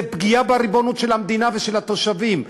זו פגיעה בריבונות של המדינה ושל התושבים.